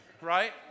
right